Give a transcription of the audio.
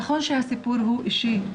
נכון שהסיפור הוא אישי,